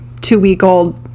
two-week-old